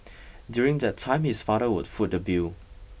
during that time his father would foot the bill